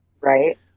Right